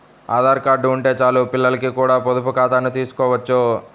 Aadhaar card ఉంటే చాలు పిల్లలకి కూడా పొదుపు ఖాతాను తీసుకోవచ్చు